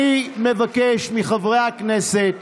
אני מבקש מחברי הכנסת,